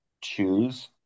choose